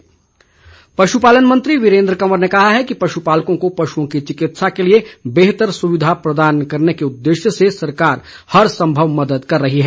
वीरेंद्र कंवर पशुपालन मंत्री वीरेंद्र कंवर ने कहा है कि पशुपालकों को पशुओं की चिकित्सा के लिए बेहतर सुविधा प्रदान करने के उद्देश्य से सरकार हर संभव मदद कर रही है